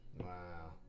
Wow